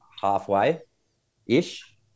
halfway-ish